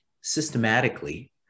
systematically